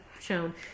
shown